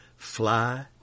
Fly